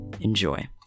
Enjoy